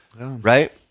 right